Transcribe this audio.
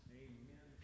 amen